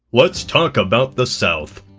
let's talk about the south!